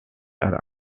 are